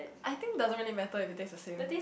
I think doesn't really matter if it taste the same